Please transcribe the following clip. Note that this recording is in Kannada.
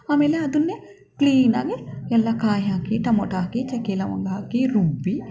ಆಮೇಲೆ ಅದನ್ನೇ ಕ್ಲೀನಾಗೆ ಎಲ್ಲ ಕಾಯಿ ಹಾಕಿ ಟಮೋಟೊ ಹಾಕಿ ಚಕ್ಕೆ ಲವಂಗ ಹಾಕಿ ರುಬ್ಬಿ